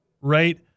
right